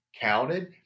counted